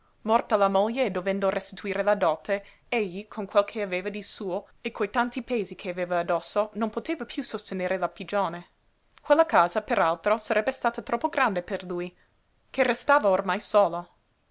morta la moglie e dovendo restituire la dote egli con quel che aveva di suo e coi tanti pesi che aveva addosso non poteva piú sostenerne la pigione quella casa per altro sarebbe stata troppo grande per lui che restava ormai solo